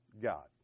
God